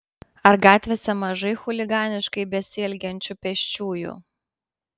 ar gatvėse mažai chuliganiškai besielgiančių pėsčiųjų